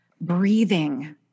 Breathing